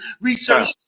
research